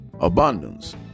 abundance